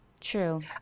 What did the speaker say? True